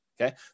Okay